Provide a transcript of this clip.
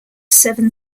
seven